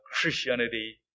Christianity